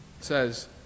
says